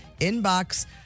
inbox